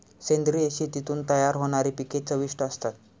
सेंद्रिय शेतीतून तयार होणारी पिके चविष्ट असतात